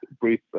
brief